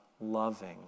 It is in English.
loving